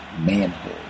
manhood